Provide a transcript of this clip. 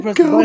go